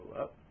up